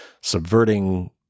subverting